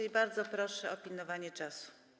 I bardzo proszę o pilnowanie czasu.